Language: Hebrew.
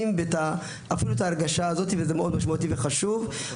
ואת ההרגשה הזאת וזה מאוד משמעותי וחשוב.